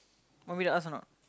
want me to ask or not